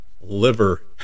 liver